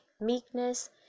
meekness